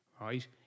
right